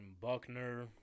Buckner